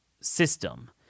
system